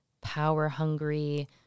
power-hungry